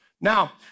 Now